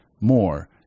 more